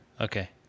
Okay